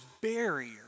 barrier